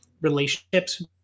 relationships